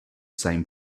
same